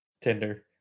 Tinder